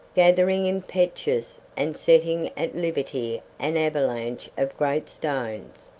gathering impetus and setting at liberty an avalanche of great stones,